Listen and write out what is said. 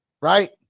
right